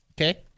Okay